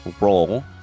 Roll